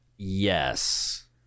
yes